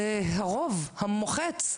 זה הרוב המוחץ.